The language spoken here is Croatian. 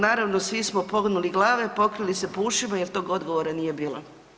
Naravno svi smo pognuli glave, pokrili se po ušima jer tog odgovora nije bilo.